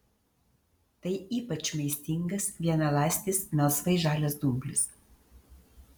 tai ypač maistingas vienaląstis melsvai žalias dumblis